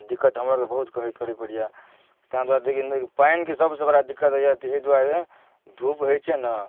दिक्कत हमर आओरके बहुत करऽ पड़ैए ताहि दुआरे पानिके सबसँ बड़ा दिक्कत होइए एहि दुआरे धूप होइ छै ने